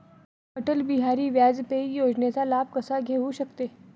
मी अटल बिहारी वाजपेयी योजनेचा लाभ कसा घेऊ शकते?